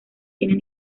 tienen